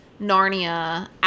Narnia